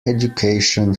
education